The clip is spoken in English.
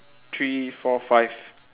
three four five